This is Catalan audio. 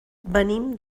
venim